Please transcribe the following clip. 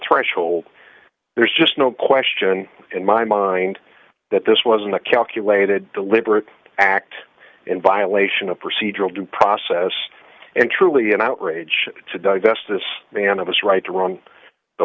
threshold there's just no question in my mind that this was a calculated deliberate act in violation of procedural due process and truly an outrage to divest this man of his right to run the